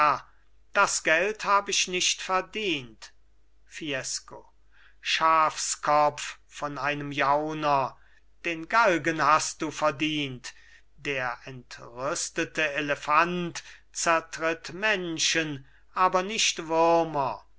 das geld hab ich nicht verdient fiesco schafskopf von einem jauner den galgen hast du verdient der entrüstete elefant zertritt menschen aber nicht würmer